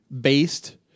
based